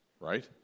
Right